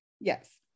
Yes